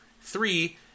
Three